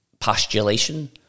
postulation